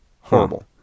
Horrible